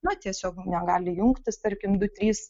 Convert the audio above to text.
na tiesiog negali jungtis tarkim du trys